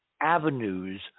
avenues